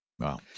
Wow